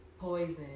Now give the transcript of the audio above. poison